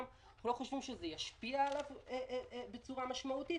אנחנו לא חושבים שזה ישפיע עליו בצורה משמעותית,